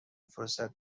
فرصت